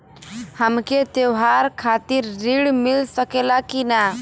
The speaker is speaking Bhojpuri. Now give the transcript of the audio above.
हमके त्योहार खातिर त्रण मिल सकला कि ना?